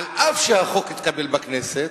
אף שהחוק התקבל בכנסת,